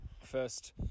first